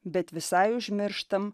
bet visai užmirštam